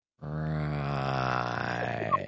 Right